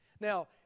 Now